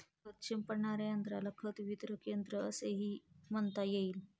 खत शिंपडणाऱ्या यंत्राला खत वितरक यंत्र असेही म्हणता येईल